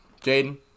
Jaden